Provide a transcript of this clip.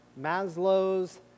Maslow's